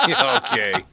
Okay